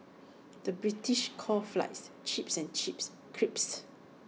the British calls Fries Chips and Chips Crisps